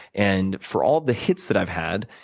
and for all the hits that i've had,